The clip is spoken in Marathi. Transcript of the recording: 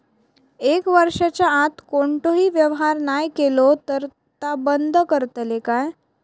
एक वर्षाच्या आत कोणतोही व्यवहार नाय केलो तर ता बंद करतले काय?